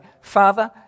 Father